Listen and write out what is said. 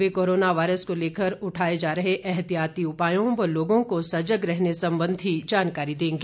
वे corona virus को लेकर उठाए जा रहे एहतियाति उपायों व लोगों को सजग रहने संबंधी जानकारी देंगे